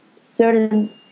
certain